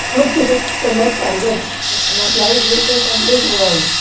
ok, so letis forget now clyde griffith and his world.